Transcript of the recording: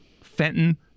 Fenton